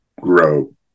grow